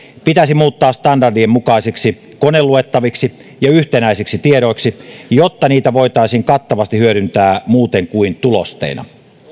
pitäisi muuttaa standardien mukaisiksi koneluettaviksi ja yhtenäisiksi tiedoiksi jotta niitä voitaisiin kattavasti hyödyntää muuten kuin tulosteina